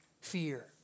fear